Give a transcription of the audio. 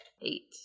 Eight